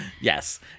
Yes